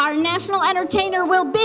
our national entertainer will be